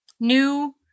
new